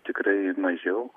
tikrai mažiau